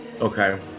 Okay